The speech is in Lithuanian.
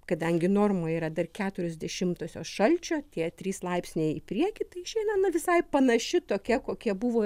kadangi normų yra dar keturios dešimtosios šalčio tie trys laipsniai į priekį tai šiandien na visai panaši tokia kokia buvo